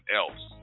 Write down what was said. else